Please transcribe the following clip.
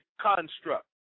construct